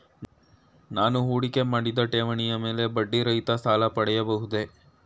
ನಾನು ಹೂಡಿಕೆ ಮಾಡಿದ ಠೇವಣಿಯ ಮೇಲೆ ಬಡ್ಡಿ ರಹಿತ ಸಾಲ ಪಡೆಯಬಹುದೇ?